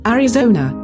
Arizona